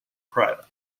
private